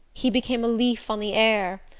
he became a leaf on the air,